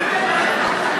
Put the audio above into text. לא לצרוח.